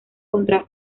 contra